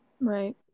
right